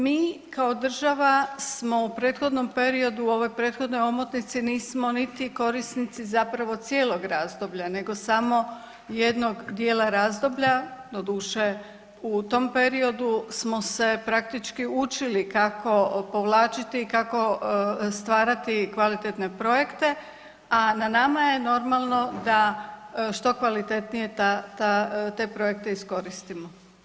Mi kao država smo u prethodnom periodu u ovoj prethodnoj omotnici nismo niti korisnici zapravo cijelog razdoblja, nego samo jednog dijela razdoblja, doduše, u tom periodu smo se praktički učili kako povlačiti i kako stvarati kvalitetne projekte, a na nama je, normalno da što kvalitetnije ta, te projekte iskoristimo.